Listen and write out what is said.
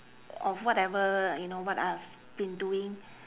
of whatever you know what I have been doing